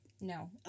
No